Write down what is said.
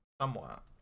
somewhat